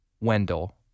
Wendell